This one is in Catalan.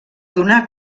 donar